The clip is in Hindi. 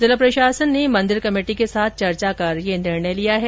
जिला प्रशासन ने मंदिर कमेटी के साथ चर्चा कर यह फैसला लिया है